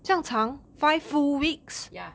ya